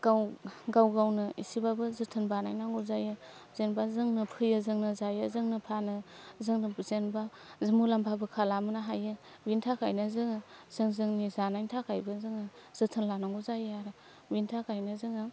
गाव गावनो एसेबाबो जोथोन बानायनांगौ जायो जेनेबा जोंनो फोयो जोंनो जायो जोंनो फानो जोंनो जेनेबा मुलाम्फाबो खालामनो हायो बेनि थाखायनो जोङो जों जोंनि जानायनि थाखायबो जोङो जोथोन लानांगौ जायो आरो बेनि थाखायनो जोङो